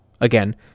Again